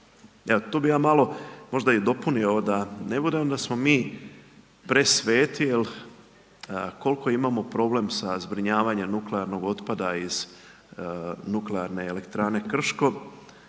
tu bi ja malo možda i dopunio, da ne bude da smo mi presveti, jer koliko imamo problem sa zbrinjavanje nuklearnog otpada, iz nuklearne elektrane Krško,